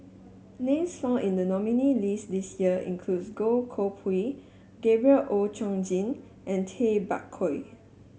names found in the nominee list this year includes Goh Koh Pui Gabriel Oon Chong Jin and Tay Bak Koi